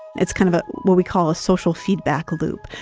it's kind of ah what we call a social feedback loop.